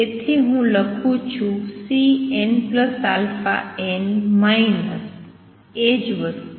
તેથી હું લખું છુ Cnαn માઈનસ એ જ વસ્તુ